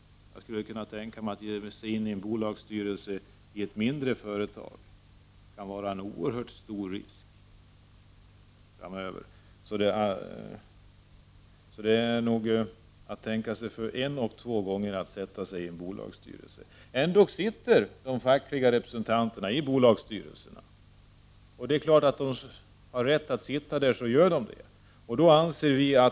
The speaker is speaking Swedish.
Jag kan tänka mig att detta med uppdrag i en bolagsstyrelse i ett mindre företag framöver kan vara förenat med en oerhört stor risk. Det är nog bäst att tänka sig för både en och två gånger innan man accepterar att sitta med i en bolagsstyrelse. Det finns ju ändå fackliga representanter med i bolagsstyrelserna. Det är klart att dessa skall göra det när de har rätt till det.